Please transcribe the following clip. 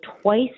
twice